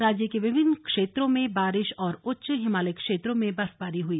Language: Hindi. राज्य के विभिन्न क्षेत्रों में बारिश और उच्च हिमालयी क्षेत्रों में बर्फबारी हुई